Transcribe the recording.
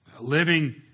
living